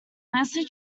mostly